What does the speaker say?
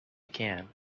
can